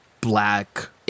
Black